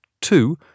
two